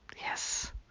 Yes